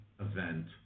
event